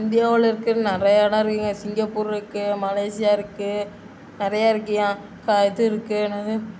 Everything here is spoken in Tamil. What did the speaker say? இந்தியாவில் இருக்கிற நிறையா இடம் இருக்குதுங்க சிங்கப்பூர் இருக்குது மலேசியா இருக்குது நிறையா இருக்குது ஏன் கா இது இருக்குது என்னது